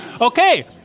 Okay